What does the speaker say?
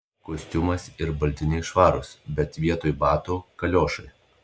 kostiumas ir baltiniai švarūs bet vietoj batų kaliošai